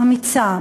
אמיצה,